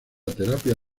terapia